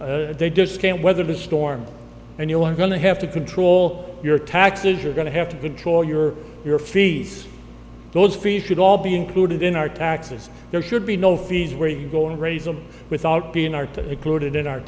toll they just can't weather the storm and you are going to have to control your taxes are going to have to control your your fees those fees should all be included in our taxes there should be no fees where you go and raise them without being honored to include it in our